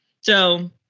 So-